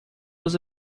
was